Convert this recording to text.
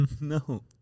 no